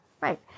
right